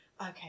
Okay